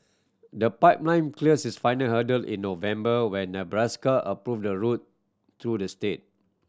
the pipeline cleared its final hurdle in November when Nebraska approved the route through the state